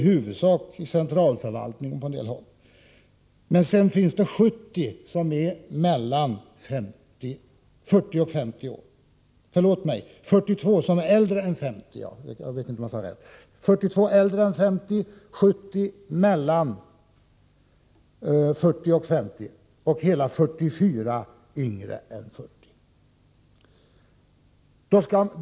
Dessa befattningar finns i huvudsak på olika håll i centralförvaltningen. 70 nyutnämnda är mellan 40 och 50 år och hela 44 är yngre än 40 år.